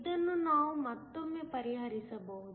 ಇದನ್ನು ನಾವು ಮತ್ತೊಮ್ಮೆ ಪರಿಹರಿಸಬಹುದು